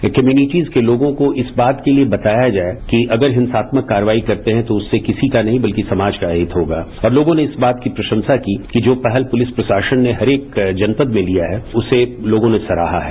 एक्यूमीनिटीज को लोगों को इस बात के लिए बताया जाए कि अगर हिंसात्मक कार्रवाई करते है तो किसी का नहीं बल्कि समाज का अहित होगा और लोगों ने इस बात की प्रशंसा की जो पहल पुलिस प्रशासन ने हरेक जनपद में लिया है उसे लोगों ने सराहा है